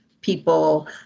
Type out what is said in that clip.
people